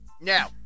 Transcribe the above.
now